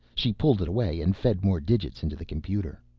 she pulled it away and fed more digits into the computer.